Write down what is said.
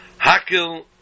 Hakil